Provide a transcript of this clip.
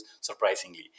surprisingly